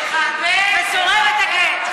היא מפריעה לי לדבר.